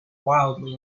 wildly